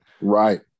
Right